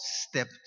step